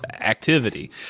activity